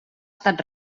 estat